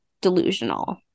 delusional